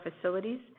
facilities